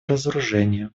разоружения